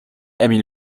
emil